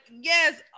yes